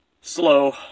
slow